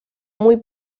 muy